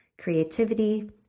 creativity